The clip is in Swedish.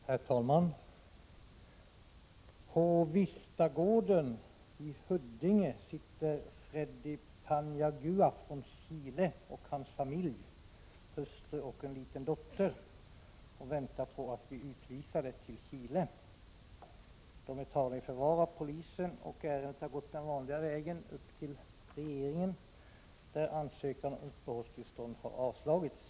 Herr talman! På Vistagården i Huddinge sitter Freddy Paniagua från Chile och hans familj bestående av hustru och en liten dotter. De väntar på att bli utvisade till Chile. De är tagna i förvar av polisen och ärendet har gått den vanliga vägen upp till regeringen, där deras ansökan om uppehållstillstånd har avslagits.